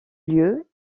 lieu